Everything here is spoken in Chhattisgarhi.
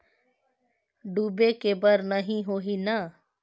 डूबे के बर नहीं होही न?